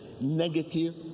negative